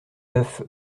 neuf